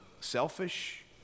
selfish